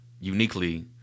uniquely